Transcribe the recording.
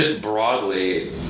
broadly